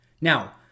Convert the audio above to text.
Now